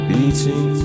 Beating